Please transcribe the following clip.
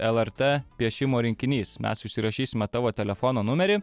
lrt piešimo rinkinys mes užsirašysime tavo telefono numerį